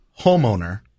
homeowner